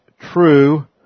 true